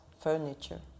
furniture